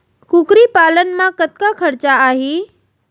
कुकरी पालन म कतका खरचा आही?